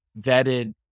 vetted